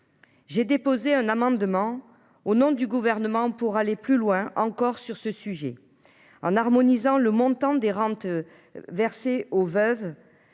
j’ai déposé un amendement pour aller plus loin encore sur ce sujet, en harmonisant le montant des rentes versées aux veuves